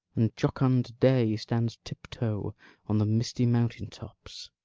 and jocund day stands tiptoe on the misty mountain tops.